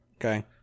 Okay